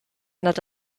nad